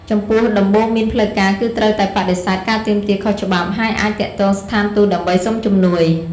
ចំពោះ ដំបូន្មានផ្លូវការគឺត្រូវតែបដិសេធការទាមទារខុសច្បាប់ ហើយអាចទាក់ទងស្ថានទូតដើម្បីសុំជំនួយ។